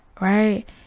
right